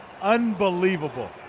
Unbelievable